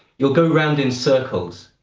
you'll go around in circles.